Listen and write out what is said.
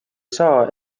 saa